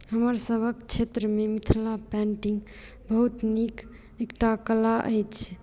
हमरासभक क्षेत्रमे मिथिला पेंटिंग बहुत नीक एकटा कला अछि